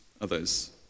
others